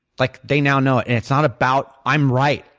like they now know it, and it's not about i'm right,